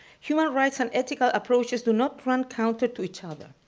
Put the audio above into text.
human rights and ethical approaches do not run counter to each other.